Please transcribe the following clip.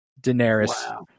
Daenerys